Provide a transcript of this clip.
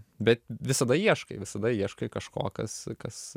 bet visada ieškai visada ieškai kažko kas kas